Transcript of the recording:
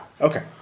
Okay